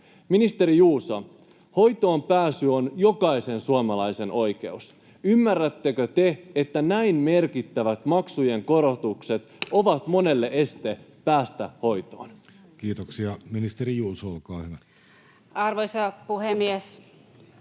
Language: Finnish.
Ministeri Juuso, hoitoonpääsy on jokaisen suomalaisen oikeus. Ymmärrättekö te, että näin merkittävät maksujen korotukset ovat monelle este päästä hoitoon? Kiitoksia. — Ministeri Juuso, olkaa hyvä. Arvoisa puhemies!